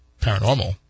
paranormal